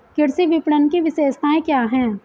कृषि विपणन की विशेषताएं क्या हैं?